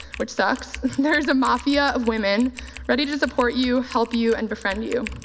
which sucks, there's a mafia of women ready to support you, help you and befriend you.